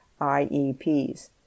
IEPs